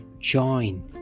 join